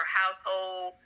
household